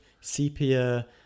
sepia